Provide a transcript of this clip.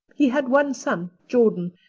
he had one son, jordan,